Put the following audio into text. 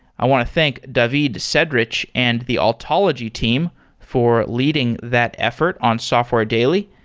i want to thank david cedric and the altology team for leading that effort on software daily.